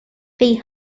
they